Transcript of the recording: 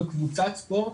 להיות בקבוצת ספורט,